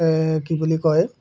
কি বুলি কয়